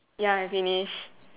ya I finish